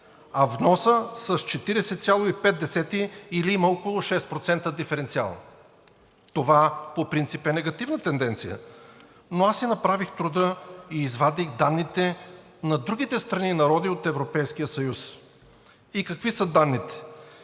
а вносът – с 40,5, или има около 6% диференциал. Това по принцип е негативна тенденция, но аз си направих труда и извадих данните на другите страни и народи от Европейския съюз. И какви са данните?